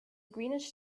greenish